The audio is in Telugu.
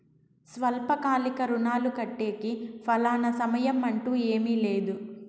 స్వల్పకాలిక రుణాలు కట్టేకి ఫలానా సమయం అంటూ ఏమీ లేదు